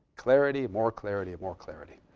clarity, more clarity, more clarity.